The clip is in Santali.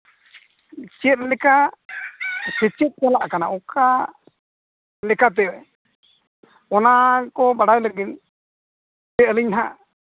ᱪᱮᱫ ᱞᱮᱠᱟ ᱥᱮᱪᱮᱫ ᱪᱟᱞᱟᱜ ᱠᱟᱱᱟ ᱚᱠᱟ ᱞᱮᱠᱟᱛᱮ ᱚᱱᱟ ᱠᱚ ᱵᱟᱲᱟᱭ ᱞᱟᱹᱜᱤᱫ ᱛᱮ ᱟᱹᱞᱤᱧ ᱦᱟᱸᱜ